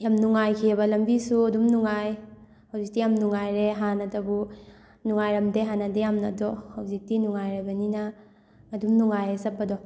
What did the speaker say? ꯌꯥꯝ ꯅꯨꯡꯉꯥꯏꯈꯤꯑꯕ ꯂꯝꯕꯤꯁꯨ ꯑꯗꯨꯝ ꯅꯨꯡꯉꯥꯏ ꯍꯧꯖꯤꯛꯇꯤ ꯌꯥꯝ ꯅꯨꯡꯉꯥꯏꯔꯦ ꯍꯥꯟꯅꯇꯕꯨ ꯅꯨꯡꯉꯥꯏꯔꯝꯗꯦ ꯍꯥꯟꯅꯗꯤ ꯌꯥꯝꯅ ꯑꯗꯣ ꯍꯧꯖꯤꯛꯇꯤ ꯅꯨꯡꯉꯥꯏꯔꯕꯅꯤꯅ ꯑꯗꯨꯝ ꯅꯨꯡꯉꯥꯏꯌꯦ ꯆꯠꯄꯗꯣ